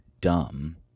dumb